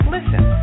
Listen